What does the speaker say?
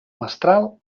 mestral